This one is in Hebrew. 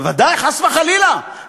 בוודאי, חס וחלילה.